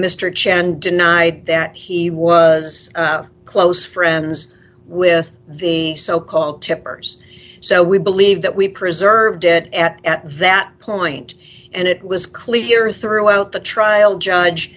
mr chen denied that he was close friends with the so called tippers so we believe that we preserved it at that point and it was clear throughout the trial judge